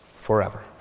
Forever